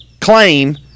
claim